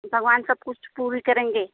भगवान सब कुछ पूरी करेंगे